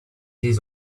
his